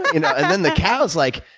and and then the cow's like,